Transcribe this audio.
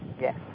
Yes